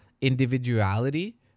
individuality